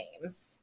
names